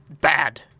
bad